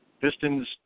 Pistons